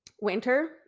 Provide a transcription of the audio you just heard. winter